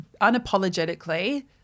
unapologetically